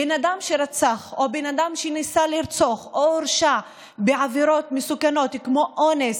אדם שרצח או שניסה לרצוח או שהורשע בעבירות מסוכנות כמו אונס